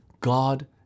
God